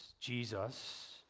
Jesus